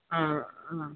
ആ ആ